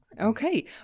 Okay